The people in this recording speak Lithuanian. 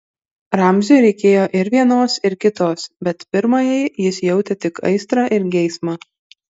ramziui reikėjo ir vienos ir kitos bet pirmajai jis jautė tik aistrą ir geismą